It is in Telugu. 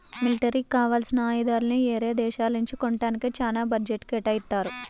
మిలిటరీకి కావాల్సిన ఆయుధాలని యేరే దేశాల నుంచి కొంటానికే చానా బడ్జెట్ను కేటాయిత్తారు